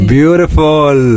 Beautiful